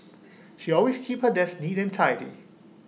she always keeps her desk neat and tidy